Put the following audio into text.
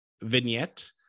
vignette